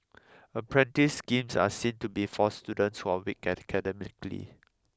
apprentice schemes are seen to be for students who are weak academically